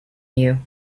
you